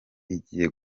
igiye